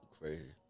Crazy